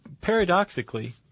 paradoxically